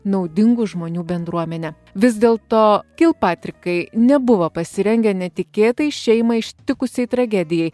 naudingų žmonių bendruomenę vis dėl to kilpatrikai nebuvo pasirengę netikėtai šeimą ištikusiai tragedijai